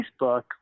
Facebook